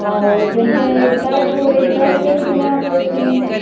और जैसे सर्ट हो गई सर्ट के कितने आप लेती हैं